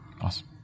Awesome